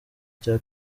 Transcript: cya